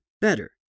better